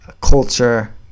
culture